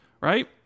Right